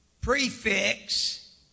prefix